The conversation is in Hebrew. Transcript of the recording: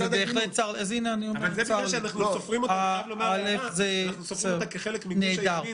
זה בגלל שאנחנו סופרים אותה כחלק מגוש הימין